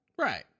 Right